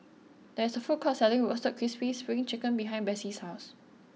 there is a food court selling Roasted Crispy Spring Chicken behind Besse's house